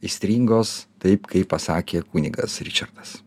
aistringos taip kaip pasakė kunigas ričardas